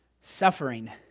suffering